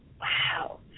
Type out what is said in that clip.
Wow